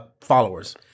followers